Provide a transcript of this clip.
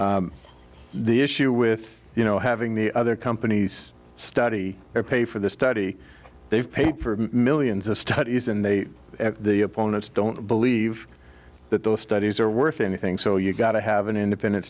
study the issue with you know having the other companies study or pay for the study they've paid for millions of studies and they the opponents don't believe that those studies are worth anything so you've got to have an independent